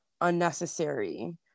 unnecessary